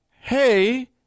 hey